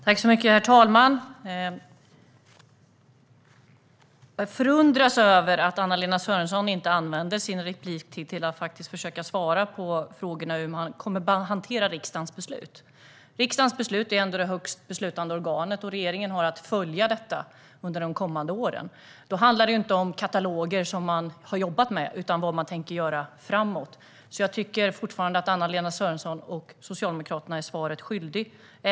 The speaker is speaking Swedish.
Herr talman! Jag förundras över att Anna-Lena Sörenson inte använde sin replik till att försöka svara på frågor om hur man kommer att hantera riksdagens beslut. Riksdagen är ändå vårt högsta beslutande organ, och regeringen har att följa riksdagens beslut under de kommande åren. Då handlar det inte om kataloger som man har jobbat med utan om vad man kommer att göra framöver. Jag tycker fortfarande att Anna-Lena Sörenson och Socialdemokraterna är svaret skyldiga.